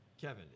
kevin